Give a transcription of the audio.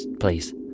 please